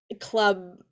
club